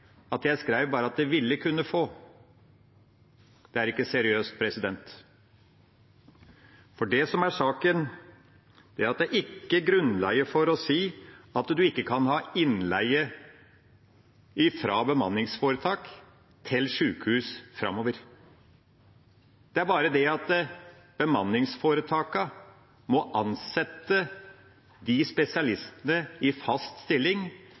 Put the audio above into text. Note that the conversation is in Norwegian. Jeg skrev bare at det «vil kunne få». – Det er ikke seriøst. Det som er saken, er at det ikke er grunnlag for å si at en ikke kan ha innleie fra bemanningsforetak til sykehus framover. Det er bare det at bemanningsforetakene må ansette disse spesialistene i fast stilling.